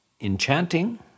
enchanting